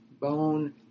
bone